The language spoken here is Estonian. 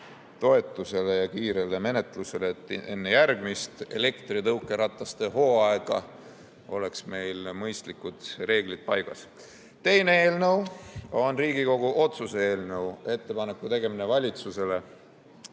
toetusele ja kiirele menetlusele, et enne järgmist elektritõukerataste hooaega oleks meil mõistlikud reeglid paigas. Teine eelnõu on Riigikogu otsuse eelnõu, ettepaneku tegemine valitsusele,